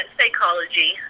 psychology